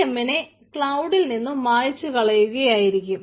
vm നെ ക്ലൌഡിൽ നിന്നും മായ്ച്ചുകളയുകയായിരിക്കും